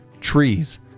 Trees